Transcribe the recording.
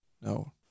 no